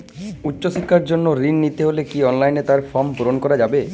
উচ্চশিক্ষার জন্য ঋণ নিতে হলে কি অনলাইনে তার ফর্ম পূরণ করা যাবে?